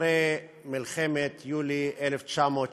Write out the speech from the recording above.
אחרי מלחמת יולי 1967